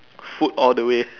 food all the way